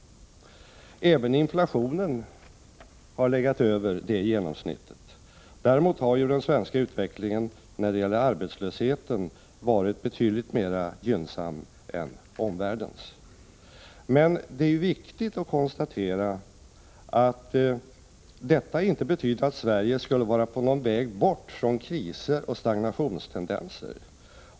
Även inflationen har legat över det genomsnittet. Däremot har den svenska utvecklingen när det gäller arbetslösheten varit betydligt mera gynnsam än omvärldens. Men det är viktigt att konstatera att detta inte betyder att Sverige skulle vara på någon väg bort från kriser och stagnationstendenser.